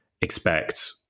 expect